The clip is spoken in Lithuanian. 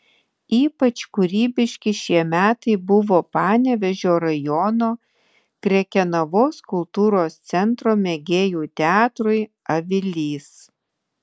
ypač kūrybiški šie metai buvo panevėžio rajono krekenavos kultūros centro mėgėjų teatrui avilys